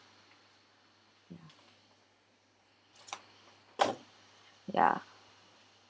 ya ya